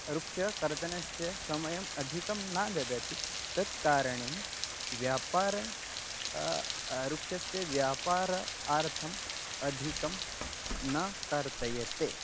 वृक्ष कर्तनस्य समयम् अधिकं न ददति तत्कारणे व्यापारं वृक्षस्य व्यापारार्थम् अधिकं न कर्तयते